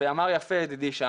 ואמר יפה ידידי,